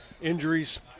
injuries